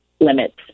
limits